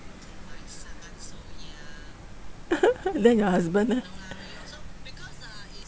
then your husband leh